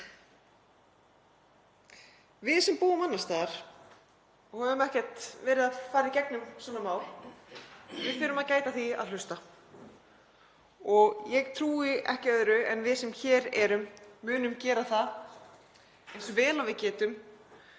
Við sem búum annars staðar og höfum ekki þurft að fara í gegnum svona mál þurfum að gæta að því að hlusta. Ég trúi ekki öðru en að við sem hér erum munum gera það eins vel og við getum